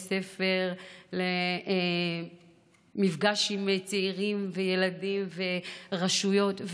ספר למפגש עם צעירים וילדים ורשויות,